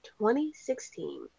2016